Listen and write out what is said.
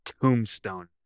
Tombstone